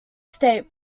state